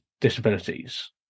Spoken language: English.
disabilities